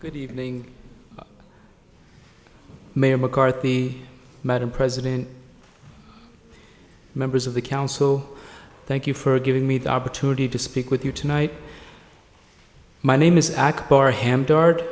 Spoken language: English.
good evening mayor mccarthy madam president members of the council thank you for giving me the opportunity to speak with you tonight my name is ackbar ham dar